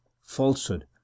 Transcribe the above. Falsehood